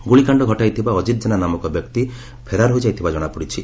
ଗୁଳିକାଣ୍ଡ ଘଟାଇଥିବା ଅଜିତ ଜେନା ନାମକ ବ୍ୟକ୍ତି ଫେରାର୍ ହୋଇଯାଇଥିବା ଜଶାପଡିଛି